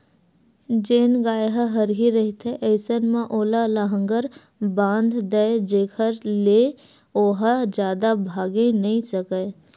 जेन गाय ह हरही रहिथे अइसन म ओला लांहगर बांध दय जेखर ले ओहा जादा भागे नइ सकय